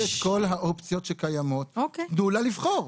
את כל האופציות שקיימות ולתת לה לבחור.